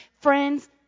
friends